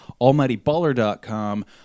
almightyballer.com